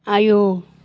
आयौ